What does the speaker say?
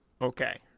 Okay